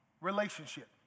relationship